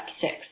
six